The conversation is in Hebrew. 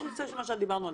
בנושא של הדח"צים,